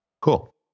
Cool